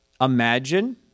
imagine